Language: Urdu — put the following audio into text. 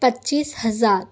پچیس ہزار